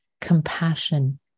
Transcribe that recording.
compassion